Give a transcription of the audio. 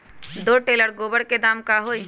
दो टेलर गोबर के दाम का होई?